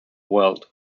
world